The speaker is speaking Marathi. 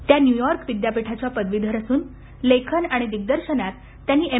त्या न्यूयॉर्क महाविद्यालयाच्या पदवीधर असून लेखन आणि दिग्दर्शनात त्यांनी एम